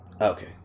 Okay